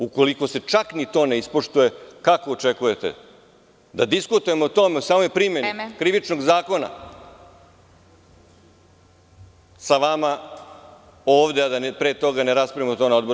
Ukoliko se čak ni to ne ispoštuje, kako očekujete da diskutujemo o tome u samoj primeni Krivičnog zakona sa vama ovde, a da pre toga ne raspravljamo o tome na odboru?